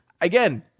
Again